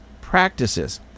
practices